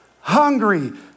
hungry